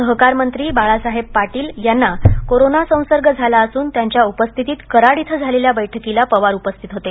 सहकार मंत्री बाळासाहेब पाटील यांना कोरोना संसर्ग झाला असून त्यांच्या उपस्थितीत कराड इथं झालेल्या बैठकीला पवार उपस्थित होते